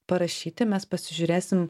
parašyti mes pasižiūrėsim